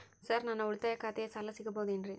Sir ನನ್ನ ಉಳಿತಾಯ ಖಾತೆಯ ಸಾಲ ಸಿಗಬಹುದೇನ್ರಿ?